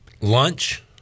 Lunch